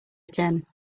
again